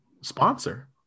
sponsor